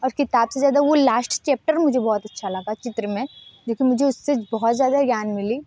और किताब से ज़्यादा वह लास्ट चैप्टर मुझे बहुत अच्छा लगा चित्र में जो कि मुझे उससे बहुत ज़्यादा ज्ञान मिली